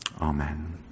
Amen